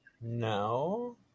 no